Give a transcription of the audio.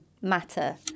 matter